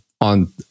on